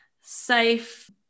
safe